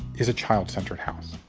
is a child centered house,